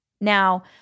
Now –